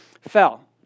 fell